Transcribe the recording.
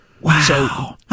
Wow